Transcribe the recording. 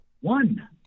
One